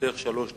לרשותך שלוש דקות.